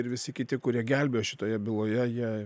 ir visi kiti kurie gelbėjo šitoje byloje jie